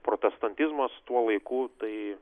protestantizmas tuo laiku tai